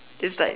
it's like